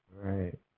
Right